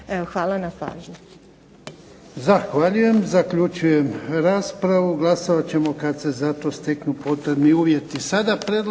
hvala na pažnji.